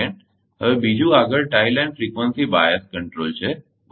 હવે બીજું આગળ tie line frequency bias control છે બરાબર